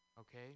Okay